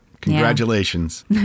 Congratulations